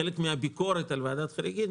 זה חלק מן הביקורת על ועדת החריגים,